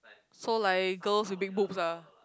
so like girls with big boobs ah